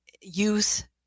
youth